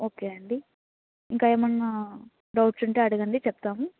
okay అండి ఇంకా ఏమైనా డౌట్స్ ఉంటే అడిగండి చెప్తాము